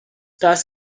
das